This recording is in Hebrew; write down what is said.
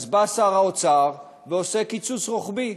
אז בא שר האוצר ועושה קיצוץ רוחבי,